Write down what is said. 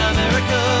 America